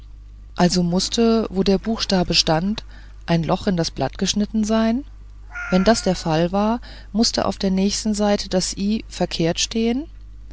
also mußte wo der buchstabe stand ein loch in das blatt geschnitten sein wenn das der fall war mußte auf der nächsten seite das i verkehrt stehen